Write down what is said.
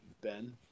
Ben